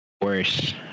worse